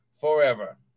forever